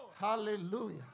Hallelujah